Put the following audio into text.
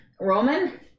Roman